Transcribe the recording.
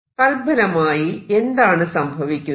തത്ഫലമായി എന്താണ് സംഭവിക്കുന്നത്